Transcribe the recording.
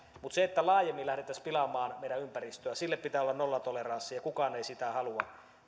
mutta sille että laajemmin lähdettäisiin pilaamaan meidän ympäristöämme pitää olla nollatoleranssi ja kukaan ei sitä halua